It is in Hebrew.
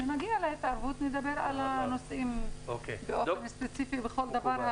כשנגיע להתערבות נדבר באופן ספציפי על כל נושא.